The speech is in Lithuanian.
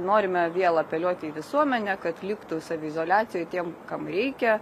norime vėl apeliuoti į visuomenę kad liktų saviizoliacijoj tiem kam reikia